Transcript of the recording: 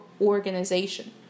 organization